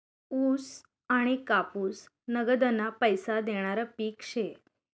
ऊस आनी कापूस नगदना पैसा देनारं पिक शे